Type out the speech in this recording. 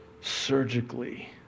surgically